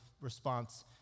response